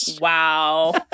Wow